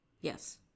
Yes